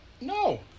No